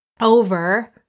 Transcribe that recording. over